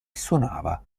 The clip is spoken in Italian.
suonava